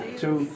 two